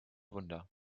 wunder